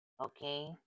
Okay